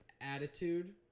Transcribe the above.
attitude